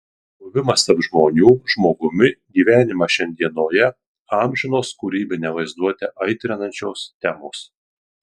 buvimas tarp žmonių žmogumi gyvenimas šiandienoje amžinos kūrybinę vaizduotę aitrinančios temos